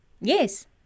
Yes